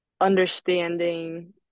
understanding